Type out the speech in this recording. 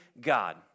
God